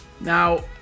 Now